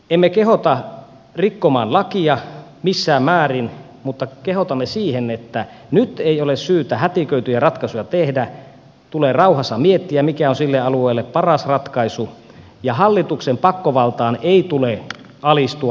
emme kehota rikkomaan lakia missään määrin mutta kehotamme siihen että nyt ei ole syytä hätiköityjä ratkaisuja tehdä vaan tulee rauhassa miettiä mikä on sille alueelle paras ratkaisu ja hallituksen pakkovaltaan ei tule alistua